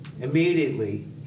immediately